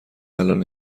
الان